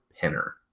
pinner